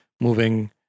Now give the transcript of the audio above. moving